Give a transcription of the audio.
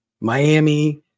Miami